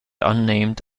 unnamed